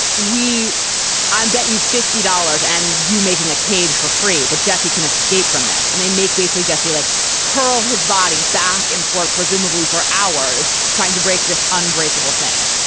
we bet you fifty dollars and you making a cage for free that jesse can escape from this and they make basically jesse like hurl his body back and forth presumably for hours trying to break this unbreakable thing.